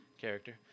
character